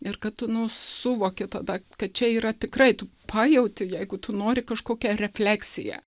ir kad tu nu suvoki tada kad čia yra tikrai tu pajauti jeigu tu nori kažkokią refleksiją